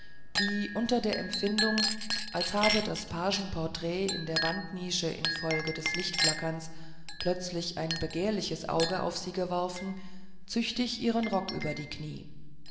wie unter der empfindung als habe das pagenporträt in der wandnische infolge des lichtflackerns plötzlich ein begehrliches auge auf sie geworfen züchtig ihren rock über die knie